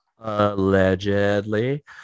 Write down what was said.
allegedly